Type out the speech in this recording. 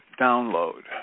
download